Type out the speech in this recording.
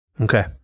Okay